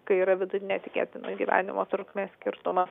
kai yra vidutinė tikėtina gyvenimo trukmės skirtumas